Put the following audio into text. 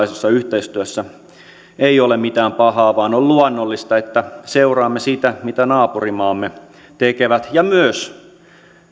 tai eurooppalaisessa yhteistyössä ei ole mitään pahaa vaan on luonnollista että seuraamme sitä mitä naapurimaamme tekevät ja myös